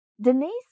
Denise